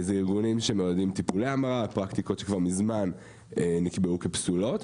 זה ארגונים שמעודדים טיפולי המרה ופרקטיקות שמזמן הוגדרו כפסולות.